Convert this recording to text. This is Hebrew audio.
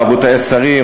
רבותי השרים,